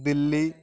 Delhi